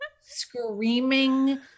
screaming